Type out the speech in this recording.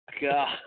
God